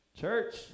Church